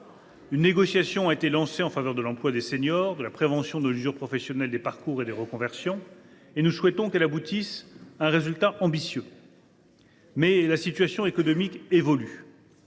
Une négociation a été lancée en faveur de l’emploi des seniors, de la prévention de l’usure professionnelle des parcours et des reconversions, et nous souhaitons qu’elle aboutisse à un résultat ambitieux. Mais la situation économique évolue.